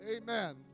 Amen